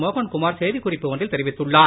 மோகன் குமார் செய்தி குறிப்பு ஒன்றில் தெரிவித்துள்ளார்